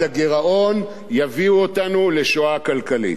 הגירעון יביאו אותנו לשואה כלכלית.